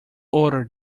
order